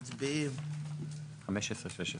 אנחנו מצביעים על סעיפים 15, 16,